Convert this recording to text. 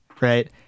right